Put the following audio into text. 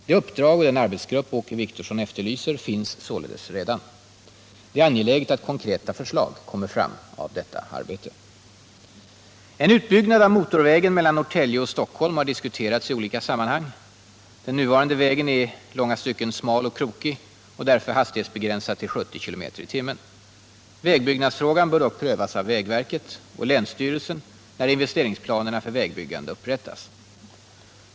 Det uppdrag och den arbetsgrupp Åke Wictorsson efterlyser finns således redan. Det är angeläget att konkreta förslag kommer fram av detta arbete. En utbyggnad av motorvägen mellan Norrtälje och Stockholm har diskuterats i olika sammanhang. Den nuvarande vägen är i långa stycken smal och krokig och därför hastighetsbegränsad till 70 km/tim. Vägbyggnadsfrågan bör dock prövas av vägverket och länsstyrelsen när investeringsplanerna för vägbyggande upprättas.